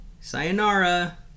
Sayonara